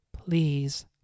please